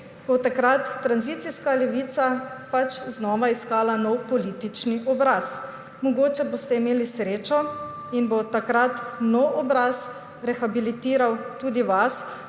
bo takrat tranzicijska levica pač znova iskala nov politični obraz. Mogoče boste imeli srečo in bo takrat nov obraz rehabilitiral tudi vas,